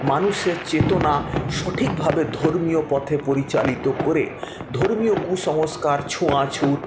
মানুষের চেতনা সঠিকভাবে ধর্মীয় পথে পরিচালিত করে ধর্মীয় কুসংস্কার ছোঁয়াছুত